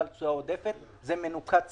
אין מניעה להתקדם,